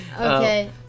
okay